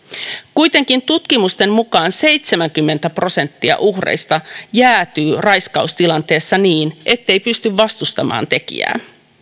kuitenkin tutkimusten mukaan seitsemänkymmentä prosenttia uhreista jäätyy raiskaustilanteessa niin ettei pysty vastustamaan tekijää